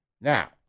Now